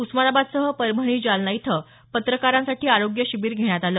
उस्मानाबादसह परभणी जालना इथं पत्रकारांसाठी आरोग्य शिबिर घेण्यात आलं